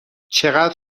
چقدر